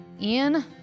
Ian